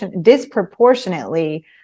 disproportionately